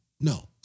no